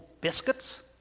biscuits